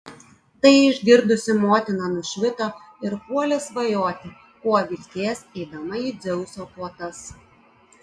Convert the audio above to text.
tai išgirdusi motina nušvito ir puolė svajoti kuo vilkės eidama į dzeuso puotas